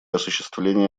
осуществления